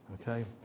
Okay